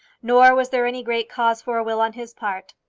nor was there any great cause for a will on his part.